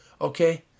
okay